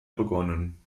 begonnen